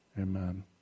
Amen